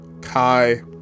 Kai